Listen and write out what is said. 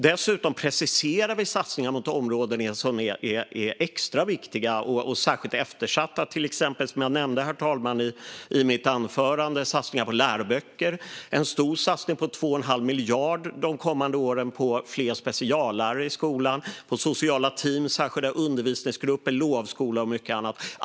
Dessutom preciserar vi satsningar på områden som är extra viktiga och särskilt eftersatta. Det gäller till exempel, som jag nämnde i mitt anförande, satsningar på läroböcker och en stor satsning som omfattar 2 1⁄2 miljard de kommande åren på fler speciallärare i skolan, satsningar på sociala team, särskilda undervisningsgrupper, lovskola och mycket annat.